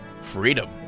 freedom